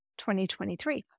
2023